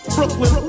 Brooklyn